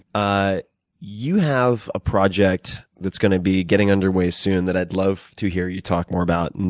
ah you have a project that's going to be getting underway soon that i'd love to hear you talk more about. and